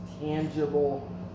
tangible